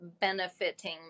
benefiting